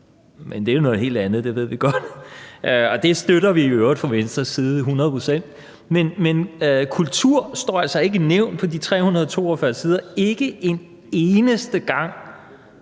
men det er jo noget helt andet, det ved vi godt, og det støtter vi i øvrigt fra Venstres side hundrede procent. Men kultur står altså ikke nævnt på de 342 sider. Ikke en eneste gang